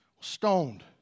stoned